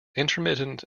intermittent